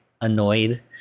annoyed